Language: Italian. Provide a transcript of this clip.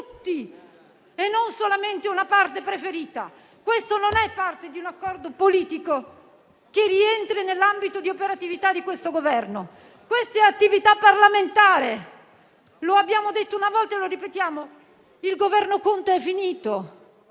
tutti e non solamente una parte preferita. Questo non è parte di un accordo politico che rientra nell'ambito di operatività del Governo. Questa è attività parlamentare. Lo abbiamo detto una volta e lo ripetiamo: il Governo Conte è finito,